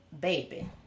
baby